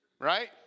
right